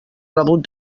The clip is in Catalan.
rebut